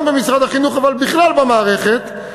גם במשרד החינוך אבל בכלל במערכת,